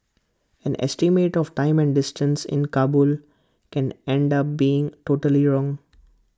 an estimate of time and distance in Kabul can end up being totally wrong